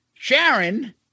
Sharon